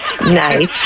nice